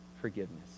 forgiveness